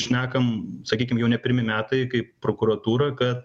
šnekam sakykim jau ne pirmi metai kaip prokuratūroj ka